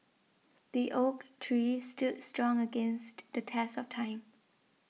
the oak tree stood strong against the test of time